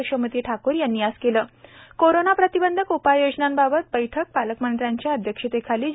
यशोमती ठाकूर यांनी आज कोरोना प्रतिबंधक उपाययोजनांबाबत बैठक पालकमंत्र्यांच्या अध्यक्षतेखाली केले